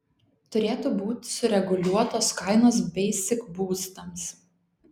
turėtų būt sureguliuotos kainos beisik būstams